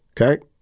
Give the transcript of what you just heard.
okay